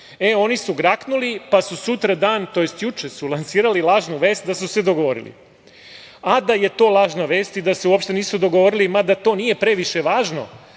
Oni su graknuli, pa su sutradan, tj. juče su lansirali lažnu vest da su se dogovorili. Da je to lažna vest i da se uopšte nisu dogovorili, mada to nije previše važno,